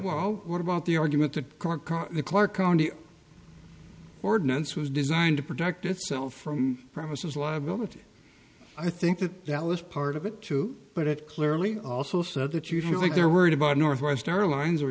well what about the argument the current car the clark county ordinance was designed to protect itself from premises liability i think that that was part of it too but it clearly also said that you think they're worried about northwest airlines or